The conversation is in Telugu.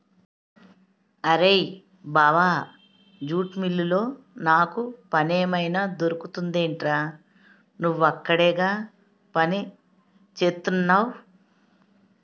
అరేయ్ బావా జూట్ మిల్లులో నాకు పనేమైనా దొరుకుతుందెట్రా? నువ్వక్కడేగా పనిచేత్తున్నవు